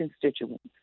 constituents